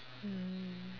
mm